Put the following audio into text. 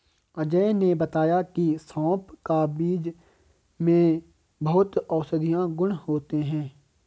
अजय ने बताया की सौंफ का बीज में बहुत औषधीय गुण होते हैं